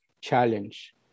challenge